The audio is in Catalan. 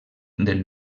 del